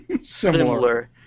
similar